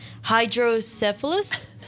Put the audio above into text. hydrocephalus